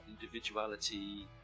individuality